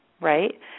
right